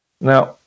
now